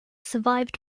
survived